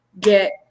get